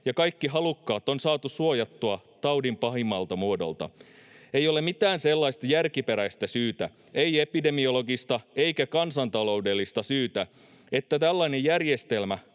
ja kaikki halukkaat on saatu suojattua taudin pahimmalta muodolta. Ei ole mitään sellaista järkiperäistä syytä, ei epidemiologista eikä kansantaloudellista syytä, että tällainen järjestelmä